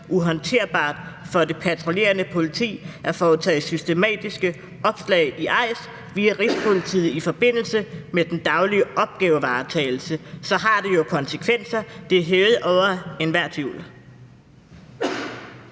uhåndterbart for det patruljerende politi at foretage systematiske opslag i EIS via Rigspolitiet i forbindelse med den daglige opgavevaretagelse, så har det jo konsekvenser. Det er hævet over enhver tvivl.